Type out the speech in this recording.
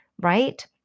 right